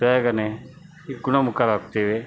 ಬೇಗನೆ ಇ ಗುಣಮುಖರಾಗ್ತೇವೆ